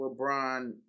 LeBron